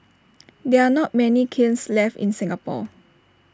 there are not many kilns left in Singapore